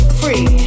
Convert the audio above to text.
free